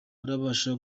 urabasha